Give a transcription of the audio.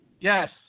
Yes